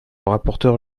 rapporteur